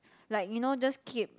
like you know just keep